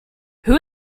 who